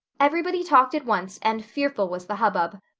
everybody talked at once and fearful was the hubbub.